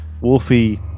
wolfie